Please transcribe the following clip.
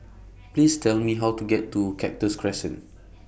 Please Tell Me How to get to Cactus Crescent